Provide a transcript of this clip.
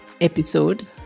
episode